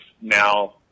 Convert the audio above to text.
now